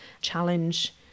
challenge